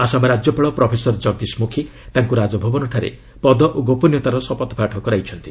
ଆସାମ ରାଜ୍ୟପାଳ ପ୍ରଫେସର ଜଗଦୀଶ ମୁଖି ତାଙ୍କୁ ରାଜଭବନରେ ପଦ ଓ ଗୋପନୀୟତାର ଶପଥପାଠ କରାଇଛନ୍ତି